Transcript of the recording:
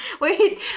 wait